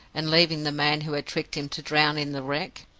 and leaving the man who had tricked him to drown in the wreck?